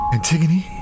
Antigone